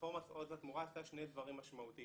רפורמת עוז לתמורה עשתה שני דברים משמעותיים.